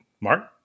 Mark